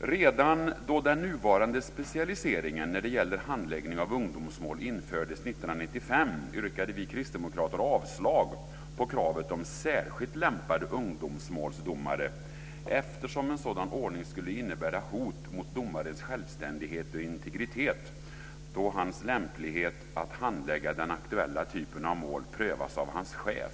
Redan då den nuvarande specialiseringen när det gäller handläggning av ungdomsmål infördes 1995 yrkade vi kristdemokrater avslag på kravet om särskilt lämpade ungdomsmålsdomare eftersom en sådan ordning skulle innebära hot mot domarens självständighet och integritet, då hans lämplighet att handlägga den aktuella typen av mål prövas av hans chef.